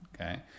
Okay